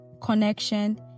connection